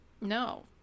No